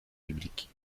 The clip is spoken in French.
biblique